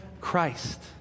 Christ